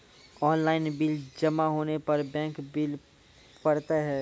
Online bill जमा होने पर बैंक बिल पड़तैत हैं?